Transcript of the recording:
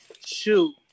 Shoot